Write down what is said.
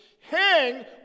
hang